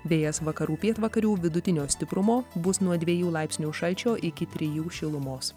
vėjas vakarų pietvakarių vidutinio stiprumo bus nuo dviejų laipsnių šalčio iki trijų šilumos